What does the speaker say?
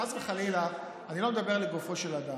חס וחלילה אני לא מדבר לגופו של אדם,